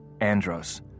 Andros